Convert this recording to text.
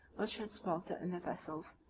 was transported in the vessels,